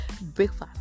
breakfast